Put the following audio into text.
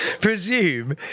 presume